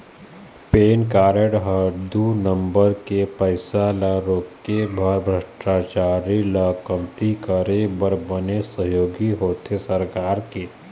PAN card ह दू नंबर के पइसा ल रोके बर भस्टाचारी ल कमती करे बर बनेच सहयोगी होथे सरकार के